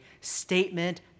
statement